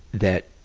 that